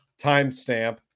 timestamp